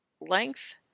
length